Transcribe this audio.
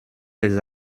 des